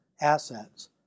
assets